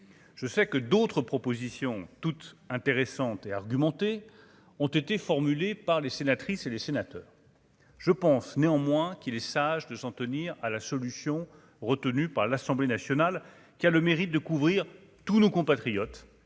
je sais que d'autres propositions toutes intéressantes et argumentée, ont été formulés par les sénatrices et les sénateurs je pense néanmoins qu'il est sage de s'en tenir à la solution retenue par l'Assemblée nationale qui a le mérite de couvrir tous nos compatriotes,